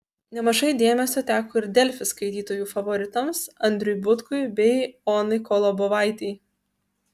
nemažai dėmesio teko ir delfi skaitytojų favoritams andriui butkui bei onai kolobovaitei